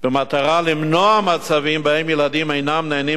במטרה למנוע מצבים שבהם ילדים אינם נהנים